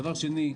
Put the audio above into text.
דבר שני,